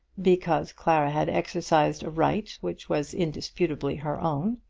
because clara had exercised a right which was indisputably her own.